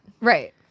Right